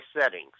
settings